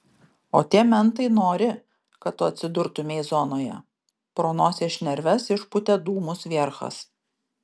o tie mentai nori kad tu atsidurtumei zonoje pro nosies šnerves išpūtė dūmus vierchas